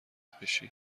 بشی